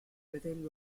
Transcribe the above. within